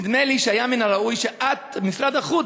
נדמה לי שהיה מן הראוי שאת, משרד החוץ,